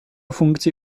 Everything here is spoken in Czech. funkci